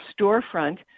storefront